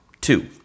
Two